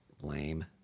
lame